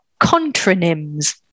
contronyms